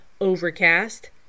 Overcast